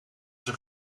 zijn